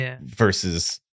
versus